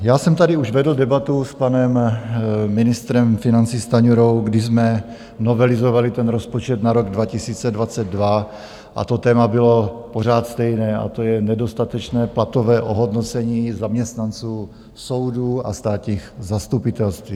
Já jsem tady už vedl debatu s panem ministrem financí Stanjurou, když jsme novelizovali rozpočet na rok 2022, a to téma bylo pořád stejné, a to je nedostatečné platové ohodnocení zaměstnanců soudů a státních zastupitelství.